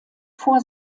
vor